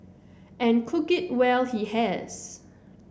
and cook it well he has